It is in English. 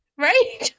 Right